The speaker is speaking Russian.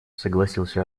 согласился